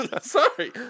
Sorry